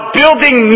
building